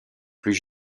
plus